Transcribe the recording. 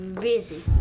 busy